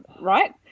Right